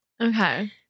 Okay